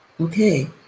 okay